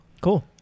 Cool